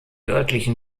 örtlichen